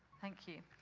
thank you.